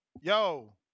Yo